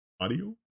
audio